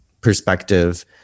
perspective